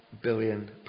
billion